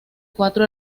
cuatro